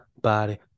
body